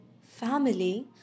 family